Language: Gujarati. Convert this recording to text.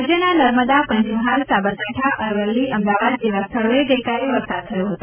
રાજ્યના નર્મદા પંચમહાલ સાબરકાંઠા અરવલ્લી અમદાવાદ જેવા સ્થળોએ ગઈકાલે વરસાદ થયો હતો